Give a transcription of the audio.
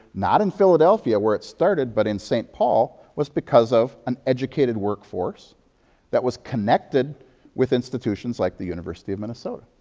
not in philadelphia where it started, but in st paul was because of an educated workforce that was connected with institutions like the university of minnesota.